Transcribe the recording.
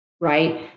Right